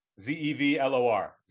z-e-v-l-o-r